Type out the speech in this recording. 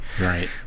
Right